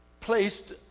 placed